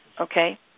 okay